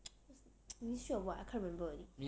ministry of what I can't remember already